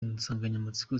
nsanganyamatsiko